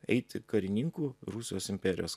eiti karininku rusijos imperijos